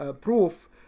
proof